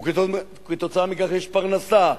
וכתוצאה מכך יש פרנסה,